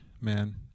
man